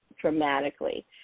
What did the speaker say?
dramatically